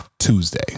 Tuesday